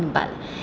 but